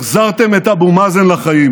החזרתם את אבו מאזן לחיים.